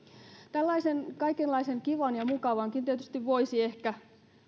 tällaisen kaikenlaisen kivan ja mukavankin tietysti voisi ehkä